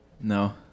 no